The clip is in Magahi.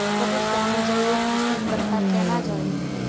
ओट्स यानि जई एक विशेष प्रकार के अनाज हइ